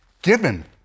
given